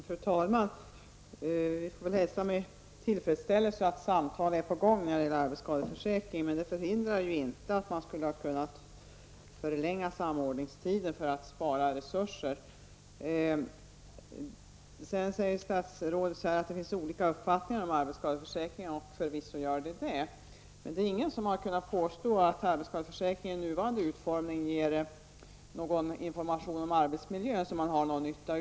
Fru talman! Jag hälsar med tillfredsställelse att samtal om arbetsskadeförsäkringen är på gång, men det hindrar ju inte att samordningstiden skulle ha kunnat förlängas i syfte att spara resurser. Statsrådet sade att det finns olika uppfattningar om arbetsskadeförsäkringen. Det är förvisso sant, men det är ingen som har kunnat påstå att arbetsskadeförsäkringen med nuvarande utformning ger någon information om arbetsmiljö, som man kan ha nytta av.